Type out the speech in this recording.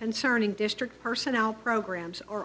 and cernan district personnel programs or